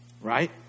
Right